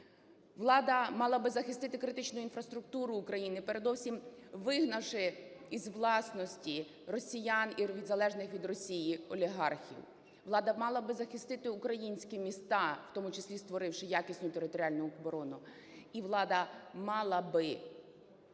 Влада мала би захистити критичну інфраструктуру України, передовсім вигнавши із власності росіян і залежних від Росії олігархів, влада мала би захистити українські міста, в тому числі створивши якісну територіальну оборону,